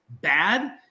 bad